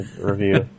review